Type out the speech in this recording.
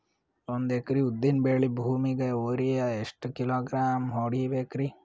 ಒಂದ್ ಎಕರಿ ಉದ್ದಿನ ಬೇಳಿ ಭೂಮಿಗ ಯೋರಿಯ ಎಷ್ಟ ಕಿಲೋಗ್ರಾಂ ಹೊಡೀಬೇಕ್ರಿ?